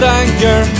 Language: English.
anger